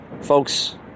Folks